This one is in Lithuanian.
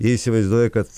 jie įsivaizduoja kad